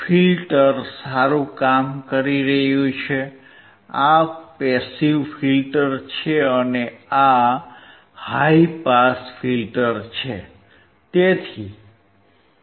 filter સારું કામ કરી રહ્યું છે આ પેસીવ ફિલ્ટર છે અને આ હાઇ પાસ ફિલ્ટર છે